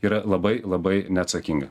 yra labai labai neatsakinga